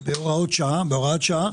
בהוראת שעה.